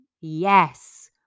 yes